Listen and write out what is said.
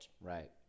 Right